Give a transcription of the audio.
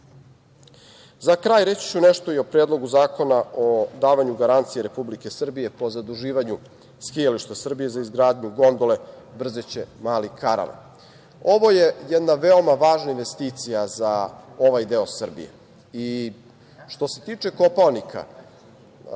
kraj reći ću nešto i o Predlogu zakona o davanju garancije Republike Srbije po zaduživanju Skijališta Srbije za izgradnju gondole Brzeće - Mali karaman. Ovo je jedna veoma važna investicija za ovaj deo Srbije i što se tiče Kopaonika